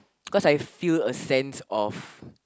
cause I feel a sense of